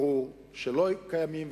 ברור שלא קיימים,